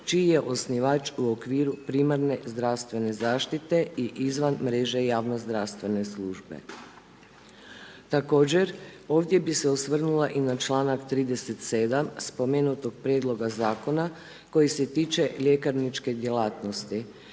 čiji je osnivač u okviru primarne zdravstvene zaštite i izvan mreže javno zdravstvene službe. Također, ovdje bih se osvrnula i na čl. 37. spomenutog Prijedloga Zakona koji se tiče ljekarničke djelatnosti.